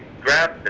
grab